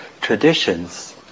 traditions